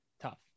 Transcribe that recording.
Tough